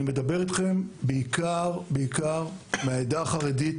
אני מדבר בעיקר מהעדה החרדית.